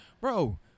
Bro